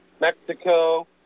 Mexico